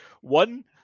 one